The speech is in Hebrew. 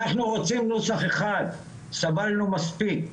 אנחנו רוצים נוסח אחד, סבלנו מספיק,